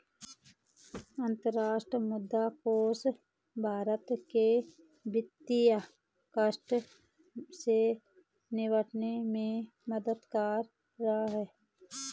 अंतर्राष्ट्रीय मुद्रा कोष भारत के वित्तीय संकट से निपटने में मददगार रहा है